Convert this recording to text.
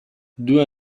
due